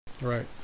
right